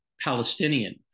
Palestinian